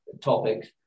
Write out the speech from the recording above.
topics